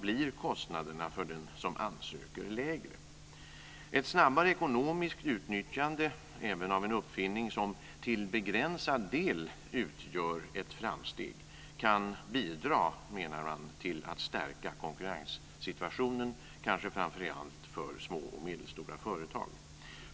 blir kostnaderna för den som ansöker lägre. Ett snabbare ekonomiskt utnyttjande även av en uppfinning som till begränsad del utgör ett framsteg kan, menar man, bidra till att stärka konkurrenssituationen, kanske framför allt för små och medelstora företag.